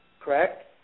Correct